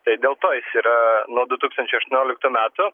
tai dėl ko jis yra nuo du tūkstančiai aštuonioliktų metų